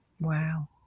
Wow